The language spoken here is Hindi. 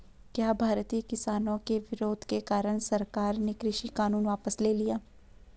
क्या भारतीय किसानों के विरोध के कारण सरकार ने कृषि कानून वापस ले लिया?